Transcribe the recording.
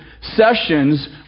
sessions